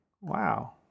Wow